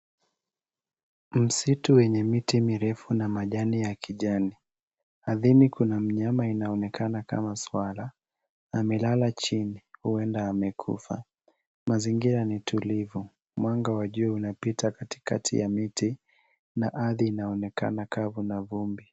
Msitu wenye miti mirefu na majani ya kijani. Ardhini kuna mnyama inaonekana kama swara amelala chini huenda amekufa. Mazingira ni tulivu mwanga wa jua unapita katikati ya miti na ardhi inaonekana kavu na vumbi.